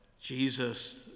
Jesus